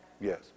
Yes